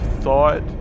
thought